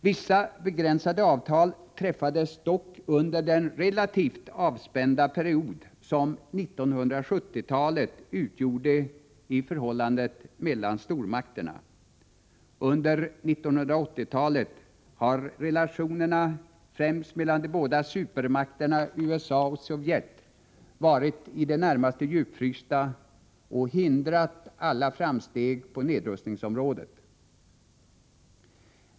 Vissa begränsade avtal träffades dock under den relativt avspända period som 1970-talet utgjorde i förhållandet mellan stormakterna. Under 1980-talet har relationerna mellan främst de båda supermakterna USA och Sovjet varit i det närmaste djupfrysta och hindrat alla framsteg på nedrustningsområdet.